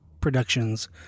productions